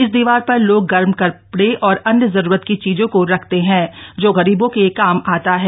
इस दीवार पर लोग गर्म कपड़े और अन्य जरूरत की चीज़ों को रखते हैं जो गरीबों के काम आता है